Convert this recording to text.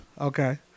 Okay